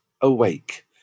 awake